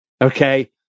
okay